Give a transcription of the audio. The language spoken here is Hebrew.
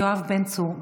יואב בן צור,